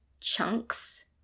chunks